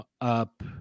up